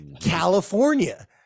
California